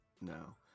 no